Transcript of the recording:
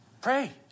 Pray